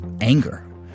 anger